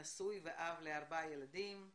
נשוי ואב לארבעה ילדים.